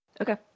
Okay